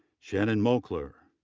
shannon moakler,